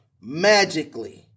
Magically